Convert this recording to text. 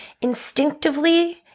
instinctively